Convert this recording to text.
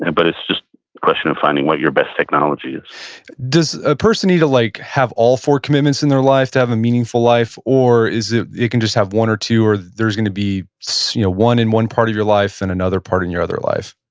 and but it's just a question of finding what your best technology is does a person need to like have all four commitments in their life to have a meaningful life, or they ah can just have one or two, or there's going to be so you know one in one part of your life, and another part in your other life?